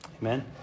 Amen